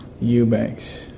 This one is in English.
Eubanks